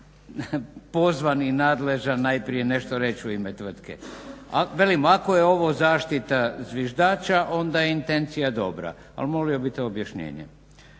pozvani i nadležan nešto reći u ime tvrtke. Velim ako je ovo zaštita zviždača onda je intencija dobra. Ali molio bih to objašnjenje.